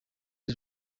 the